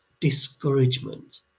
discouragement